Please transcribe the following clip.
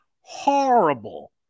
Horrible